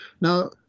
Now